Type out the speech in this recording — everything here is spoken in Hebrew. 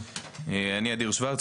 אני אדיר שוורץ,